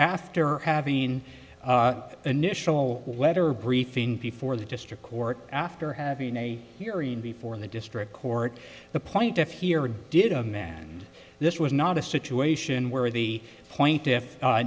after having initial letter briefing before the district court after having a hearing before the district court the plaintiff here did a man and this was not a situation where the